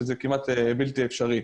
דבר שהוא כמעט בלתי אפשרי.